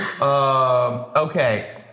Okay